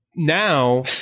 Now